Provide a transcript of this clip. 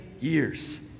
Years